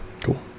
Cool